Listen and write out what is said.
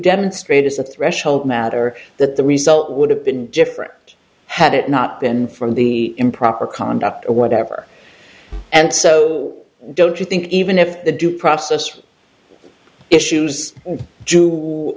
demonstrate as a threshold matter that the result would have been different had it not been for the improper conduct or whatever and so don't you think even if the due process issues j